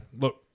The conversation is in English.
look